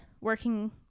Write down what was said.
working